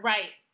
Right